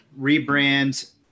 rebrand